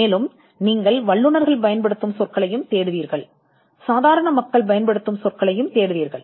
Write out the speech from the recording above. மேலும் வல்லுநர்கள் பயன்படுத்தும் சொற்களையும் சாதாரண மக்கள் பயன்படுத்தும் சொற்களையும் நீங்கள் பார்ப்பீர்கள்